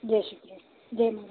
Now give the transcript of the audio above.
જેસી કૃષ્ણ જય મહારાજ